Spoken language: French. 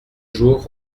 jours